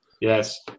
Yes